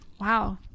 Wow